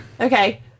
Okay